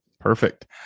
Perfect